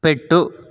పెట్టు